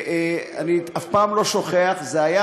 ואני אף פעם לא שוכח את זה.